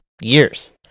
years